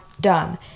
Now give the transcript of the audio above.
done